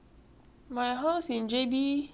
我讲一个地方你也不懂 right